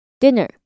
Dinner